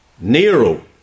Nero